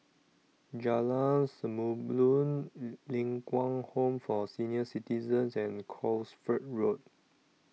Jalan Samulun Ling Kwang Home For Senior Citizens and Cosford Road